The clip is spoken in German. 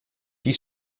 die